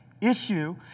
issue